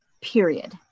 period